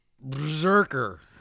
Berserker